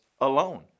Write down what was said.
alone